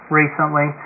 recently